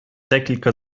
декілька